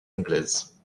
anglaise